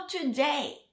today